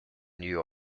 new